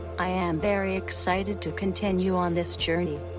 i am very excited to continue on this journey.